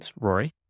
Rory